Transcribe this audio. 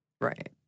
Right